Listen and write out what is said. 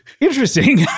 interesting